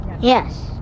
Yes